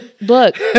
look